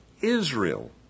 Israel